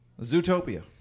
Zootopia